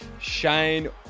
Shane